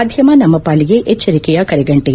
ಮಾಧ್ಯಮ ನಮ್ಮ ಪಾಲಿಗೆ ಎಚ್ದರಿಕೆಯ ಕರೆಗಂಟೆ